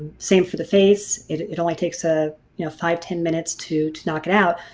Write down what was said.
same for the face. it only takes ah you know five ten minutes to to knock it out,